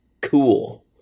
cool